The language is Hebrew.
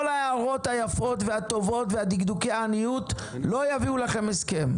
כל ההערות היפות והטובות ודקדוקי העניות לא יביאו לכם הסכם.